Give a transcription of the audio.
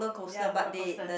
ya roller coaster